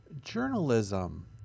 journalism